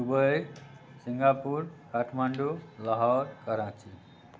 Kuwait Singapore Kathmandu Lahore Karachi